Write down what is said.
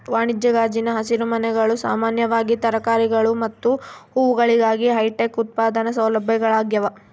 ವಾಣಿಜ್ಯ ಗಾಜಿನ ಹಸಿರುಮನೆಗಳು ಸಾಮಾನ್ಯವಾಗಿ ತರಕಾರಿಗಳು ಮತ್ತು ಹೂವುಗಳಿಗಾಗಿ ಹೈಟೆಕ್ ಉತ್ಪಾದನಾ ಸೌಲಭ್ಯಗಳಾಗ್ಯವ